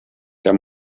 der